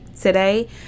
today